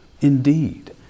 Indeed